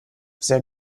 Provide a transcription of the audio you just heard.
sehr